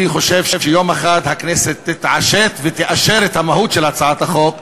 אני חושב שיום אחד הכנסת תתעשת ותאשר את המהות של הצעת החוק,